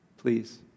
Please